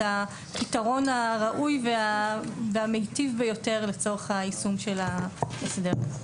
הפתרון הראוי והמיטיב ביותר לצורך היישום של ההסדר.